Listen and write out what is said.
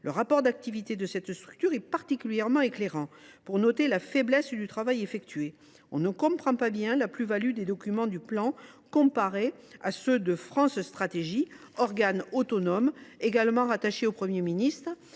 Le rapport d’activité de cette structure est particulièrement éclairant pour mesurer la faiblesse du travail accompli. On ne comprend pas bien la plus value des documents du Haut Commissariat, comparés à ceux de France Stratégie, organe autonome également rattaché au Premier ministre,